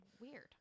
weird